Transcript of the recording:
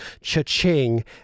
Cha-ching